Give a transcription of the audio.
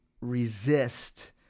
resist